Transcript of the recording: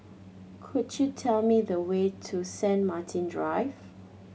could you tell me the way to Saint Martin Drive